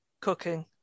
Cooking